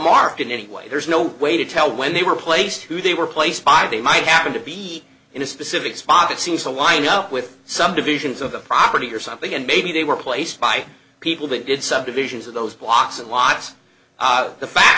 marked in any way there's no way to tell when they were placed who they were placed by they might happen to be in a specific spot that seems to line up with some divisions of the property or something and maybe they were placed by people with good subdivisions of those blocks and lives the fact